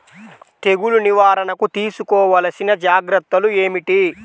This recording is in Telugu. తెగులు నివారణకు తీసుకోవలసిన జాగ్రత్తలు ఏమిటీ?